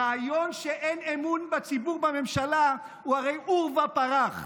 הרעיון שאין אמון בציבור בממשלה הוא הרי עורבא פרח.